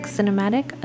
cinematic